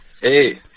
Hey